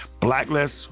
Blacklist